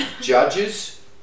judges